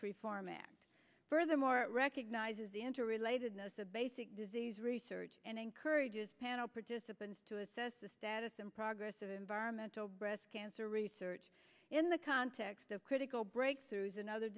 three format furthermore it recognizes the interrelatedness a basic disease research and encourages panel participants to assess the status and progress of environmental breast cancer research in the context of critical breakthroughs in other